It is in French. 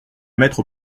mettre